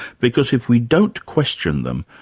because if we don't question them,